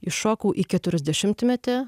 iššokau į keturiasdešimtmetį